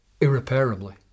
irreparably